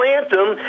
Anthem